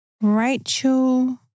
Rachel